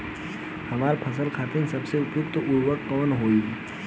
हमार फसल खातिर सबसे उपयुक्त उर्वरक का होई?